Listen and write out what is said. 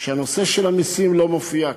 שהנושא של המסים לא מופיע כאן.